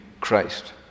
Christ